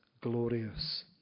glorious